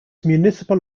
municipal